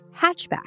hatchback